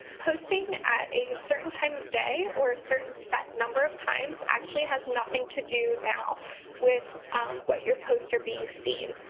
posting at a certain time of day or a certain set number of times actually has nothing to do now with what your posts are being seen.